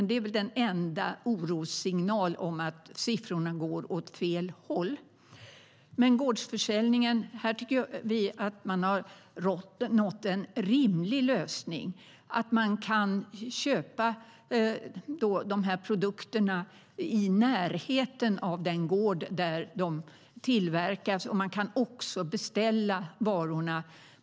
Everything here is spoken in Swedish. Det är den enda orossignalen om att siffrorna går åt fel håll. När det gäller gårdsförsäljningen tycker vi att man har nått en rimlig lösning: att man kan köpa produkterna i närheten av den gård där de tillverkas. Man kan också beställa varorna.